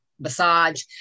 massage